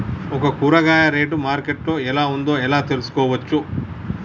ఒక కూరగాయ rate market లో ఎలా ఉందో ఎలా తెలుసుకోవచ్చు?